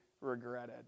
regretted